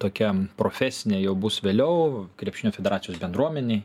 tokia profesinė jau bus vėliau krepšinio federacijos bendruomenei